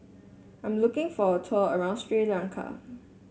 I am looking for a tour around Sri Lanka